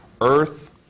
Earth